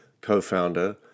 co-founder